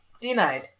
denied